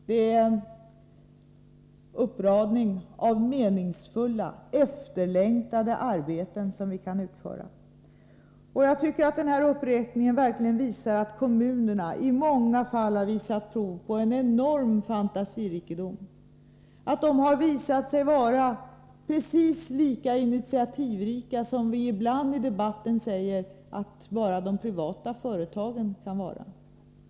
De utför meningsfulla och efterlängtade arbeten. Av denna uppräkning framgår verkligen att kommunerna i många fall har visat prov på en enorm fantasirikedom. De har visat sig vara precis lika initiativrika som vi ibland i debatter säger att bara de privata företagen kan vara.